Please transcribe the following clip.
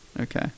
Okay